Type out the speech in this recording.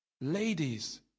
Ladies